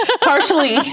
Partially